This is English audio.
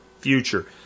future